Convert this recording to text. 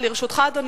ראשון הדוברים,